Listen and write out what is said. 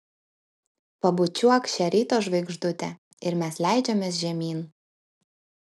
pabučiuok šią ryto žvaigždutę ir mes leidžiamės žemyn